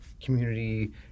community